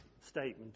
statement